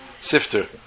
sifter